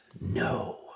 no